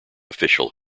official